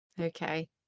Okay